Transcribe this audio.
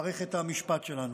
מערכת המשפט שלנו.